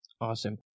Awesome